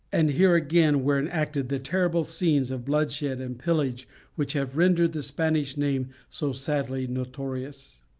and here again were enacted the terrible scenes of bloodshed and pillage which have rendered the spanish name so sadly notorious.